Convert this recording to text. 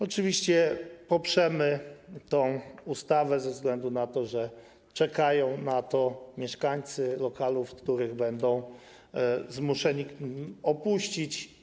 Oczywiście poprzemy tę ustawę ze względu na to, że czekają na to mieszkańcy lokalów, które będą zmuszeni opuścić.